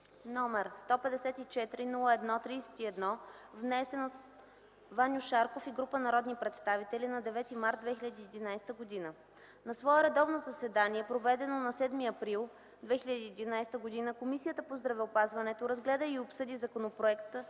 от народния представител Ваньо Шарков и група народни представители на 9 март 2011 г. На свое редовно заседание, проведено на 7 април 2011 г., Комисията по здравеопазването разгледа и обсъди Законопроекта